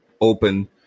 open